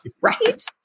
Right